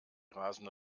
rasende